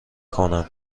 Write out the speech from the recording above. کنم